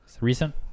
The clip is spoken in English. Recent